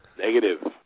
Negative